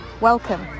Welcome